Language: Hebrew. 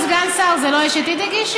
הבג"ץ של סגן שר, זה לא יש עתיד הגישו?